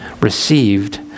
received